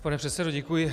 Pane předsedo, děkuji.